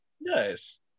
Nice